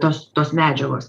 tos tos medžiagos